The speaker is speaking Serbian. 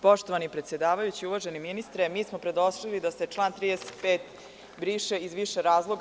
Poštovani predsedavajući, poštovani ministre, mi smo predložili da se član 35. briše iz više razloga.